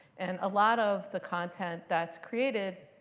and a lot of the content that's created